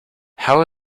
how